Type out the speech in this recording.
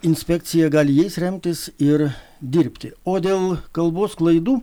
inspekcija gali jais remtis ir dirbti o dėl kalbos klaidų